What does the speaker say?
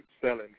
selling